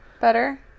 better